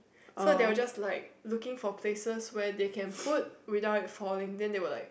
so they were just like looking for places where they can put without it falling then they were like